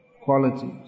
qualities